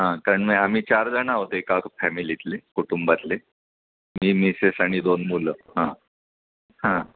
हां कारण मी आम्ही चार जणं आहोत एका फॅमिलीतले कुटुंबातले मी मिसेस आणि दोन मुलं हां हां